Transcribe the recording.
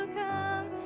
come